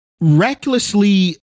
recklessly